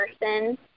person